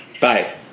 Bye